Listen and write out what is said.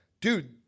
dude